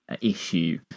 issue